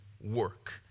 work